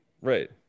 right